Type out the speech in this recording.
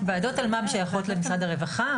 ועדות אלמ"ב שייכות למשרד הרווחה.